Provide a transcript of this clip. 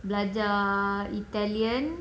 belajar italian